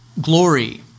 Glory